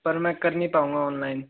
पर मैं कर नहीं पाऊंगा ऑनलाइन